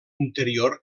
interior